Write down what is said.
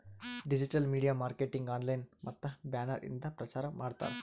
digital media marketing online ಮತ್ತ banner ಇಂದ ಪ್ರಚಾರ್ ಮಾಡ್ತಾರ್